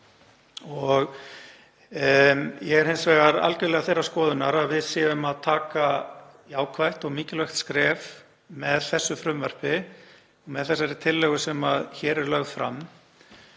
En ég er hins vegar algerlega þeirrar skoðunar að við séum að stíga jákvætt og mikilvægt skref með þessu frumvarpi, með þessari tillögu sem hér er lögð fram.